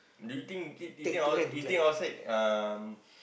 do you think eat eating out eating outside um